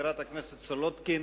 חברת הכנסת סולודקין,